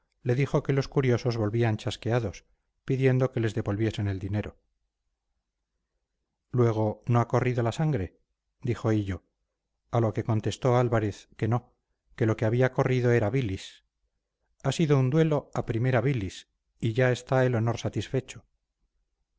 le dijo que los curiosos volvían chasqueados pidiendo que les devolviesen el dinero luego no ha corrido la sangre dijo hillo a lo que contestó álvarez que no que lo que había corrido era bilis ha sido un duelo a primera bilis y ya está el honor satisfecho